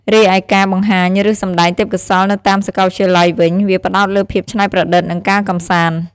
រីឯការបង្ហាញ ឬ សម្ដែងទេពកោសល្យនៅតាមសកលវិទ្យាល័យវិញ វាផ្តោតលើភាពច្នៃប្រឌិត និងការកំសាន្ត។